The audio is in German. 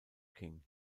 king